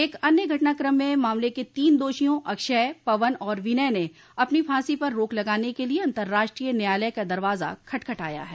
एक अन्य घटनाक्रम में मामले के तीन दोषियों अक्षय पवन और विनय ने अपनी फांसी पर रोक लगाने के लिए अंतरराष्ट्रीय न्यायालय का दरवाजा खटखटाया है